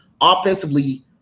offensively